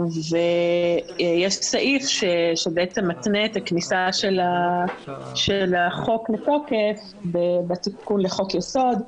יש סעיף שמתנה את הכניסה של החוק לתוקף בתיקון לחוק יסוד,